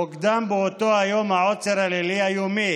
הוקדם באותו היום העוצר הלילי היומי